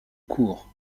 cour